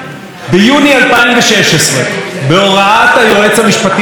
בהוראת היועץ המשפטי לממשלה אביחי מנדלבליט,